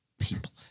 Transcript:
people